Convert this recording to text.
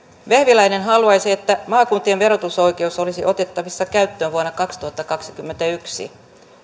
vehviläinen haluaisi että maakuntien verotusoikeus olisi otettavissa käyttöön vuonna kaksituhattakaksikymmentäyksi